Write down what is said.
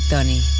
Tony